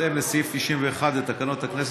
בהתאם לסעיף 91 לתקנון הכנסת,